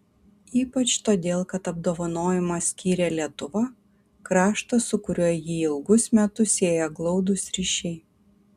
ypač todėl kad apdovanojimą skyrė lietuva kraštas su kuriuo jį ilgus metus sieja glaudūs ryšiai